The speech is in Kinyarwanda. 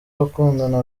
abakundana